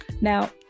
Now